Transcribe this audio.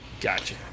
Gotcha